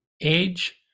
age